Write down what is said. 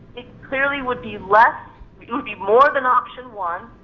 it clearly would be less it would be more than option one,